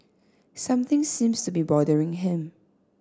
something seems to be bothering him